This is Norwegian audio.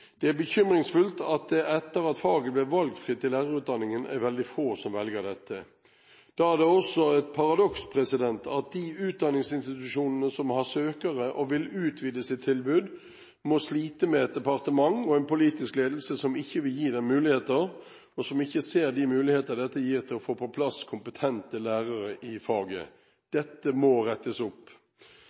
Det er bekymringsfullt at det etter at faget ble valgfritt i lærerutdanningen, er veldig få som velger dette. Da er det også et paradoks at de utdanningsinstitusjonene som har søkere og vil utvide sitt tilbud, må slite med et departement og en politisk ledelse som ikke vil gi dem muligheter, og som ikke ser de muligheter dette gir til å få på plass kompetente lærere i faget. Dette må rettes opp.